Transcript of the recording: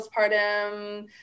postpartum